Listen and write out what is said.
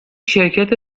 شرکت